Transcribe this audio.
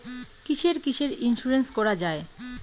কিসের কিসের ইন্সুরেন্স করা যায়?